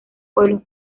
pueblos